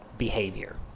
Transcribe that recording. behavior